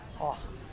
awesome